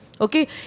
okay